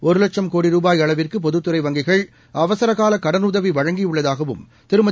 ஒரு லட்சம்கோடி ரூபாய் அளவிற்கு பொதுத்துறை வங்கிகள் அவசர கால கடனுதவி வழங்கியுள்ளதாகவும் திருமதி